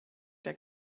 der